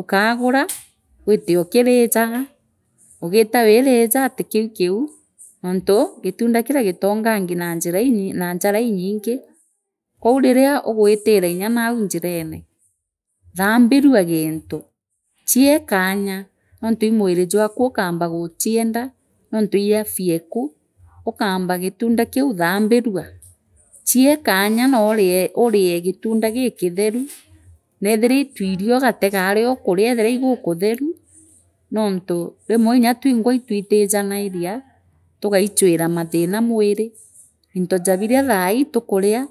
ukagunaa witee ookinjaga ligiita wiirijaga ti kiu kiu nontu gitunda kinia gitoongangi njara iinyingi kwou riria ugwitiria nya nau njirene thambinua ginthi chiee kanya nontu li mwiri jwaku ukaamba guchienda aontu li afyeku ukamba gitunda kiu thaambirua chiee kanya noorie gitunda gikithem neothiira ii twirio ugategario ukaria eethira igukutheru nontu rimwe nya twingwa itwitijanainia tugaichwira mathina mwiri into jaa birria thali tukuria.